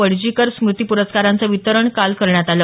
वडजीकर स्मृती पुरस्काराचं वितरण काल करण्यात आलं